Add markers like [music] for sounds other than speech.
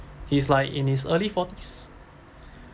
he's like in his early forties [breath]